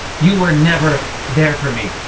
you were never there for me.